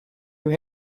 who